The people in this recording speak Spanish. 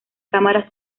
cámara